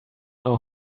know